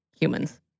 humans